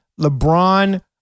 LeBron